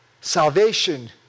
Salvation